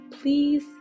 please